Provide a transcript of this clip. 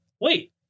Wait